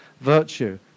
virtue